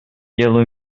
делу